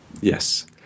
Yes